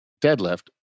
deadlift